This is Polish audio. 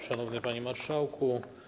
Szanowny Panie Marszałku!